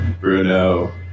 Bruno